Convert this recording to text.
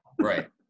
right